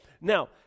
Now